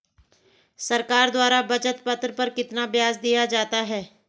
सरकार द्वारा बचत पत्र पर कितना ब्याज दिया जाता है?